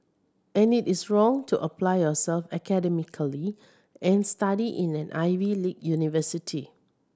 and it is wrong to apply yourself academically and study in an Ivy league university